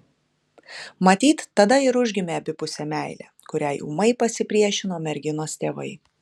matyt tada ir užgimė abipusė meilė kuriai ūmai pasipriešino merginos tėvai